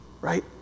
Right